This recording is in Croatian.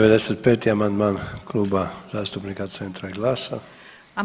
95. amandman Kluba zastupnika Centra i GLAS-a.